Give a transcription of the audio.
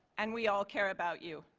and we all care about you.